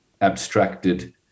abstracted